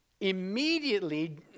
Immediately